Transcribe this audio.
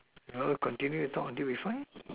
no continue and talk until we find